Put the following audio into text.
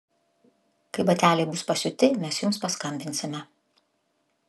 kai bateliai bus pasiūti mes jums paskambinsime